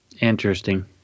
Interesting